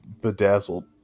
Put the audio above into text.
bedazzled